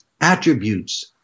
attributes